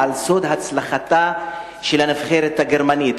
על סוד הצלחתה של הנבחרת הגרמנית,